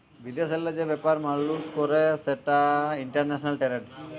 বিদেশেল্লে যে ব্যাপার মালুস ক্যরে সেটা ইলটারল্যাশলাল টেরেড